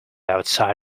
outside